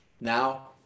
Now